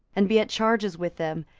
and be at charges with them,